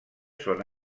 són